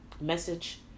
message